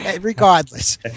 regardless